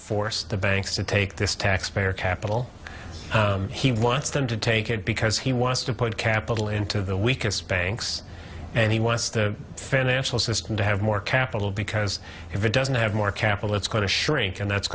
force the banks to take this taxpayer capital he wants them to take it because he wants to put capital into the weakest banks and he wants the financial system to have more capital because if it doesn't have more careful it's going to shrink and that's